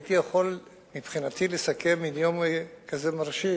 שהייתי יכול מבחינתי לסכם בה מין יום כזה מרשים,